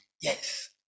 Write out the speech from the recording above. Yes